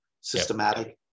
systematic